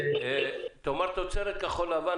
תאמר "תוצרת כחול לבן".